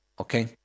okay